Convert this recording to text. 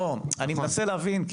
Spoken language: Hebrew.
אני מנסה להבין.